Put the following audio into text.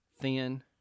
Thin